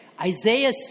Isaiah